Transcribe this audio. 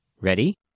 Ready